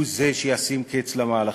הוא שישים קץ למהלכים.